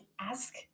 ask